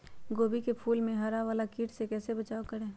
गोभी के फूल मे हरा वाला कीट से कैसे बचाब करें?